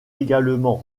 également